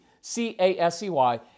C-A-S-E-Y